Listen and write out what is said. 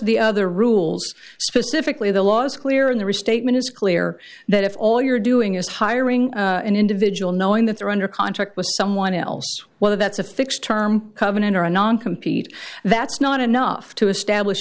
the other rules specifically the law is clear in the restatement is clear that if all you're doing is hiring an individual knowing that they're under contract with someone else whether that's a fixed term covenant or a non compete that's not enough to establish